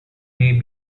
may